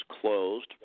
closed